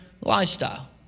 lifestyle